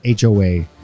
HOA